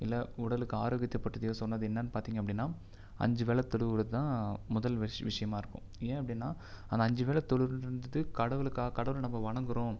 இல்லை உடலுக்கு ஆரோக்கியத்தை பற்றிதியோ சொன்னது என்னன்னு பார்த்திங்க அப்படின்னா அஞ்சு வேள தொழுவுறதுதா முதல் விஷ் விஷயமா இருக்கு ஏன் அப்படின்னா அந்த அஞ்சு வேள தொழுவது கடவுளுக்காக கடவுள் நம்ப வணங்குறோம்